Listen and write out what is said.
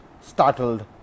Startled